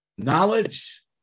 Knowledge